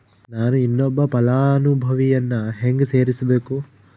ನಾನು ಇನ್ನೊಬ್ಬ ಫಲಾನುಭವಿಯನ್ನು ಹೆಂಗ ಸೇರಿಸಬೇಕು?